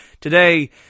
today